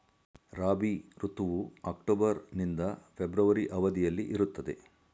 ರಾಬಿ ಋತುವು ಅಕ್ಟೋಬರ್ ನಿಂದ ಫೆಬ್ರವರಿ ಅವಧಿಯಲ್ಲಿ ಇರುತ್ತದೆ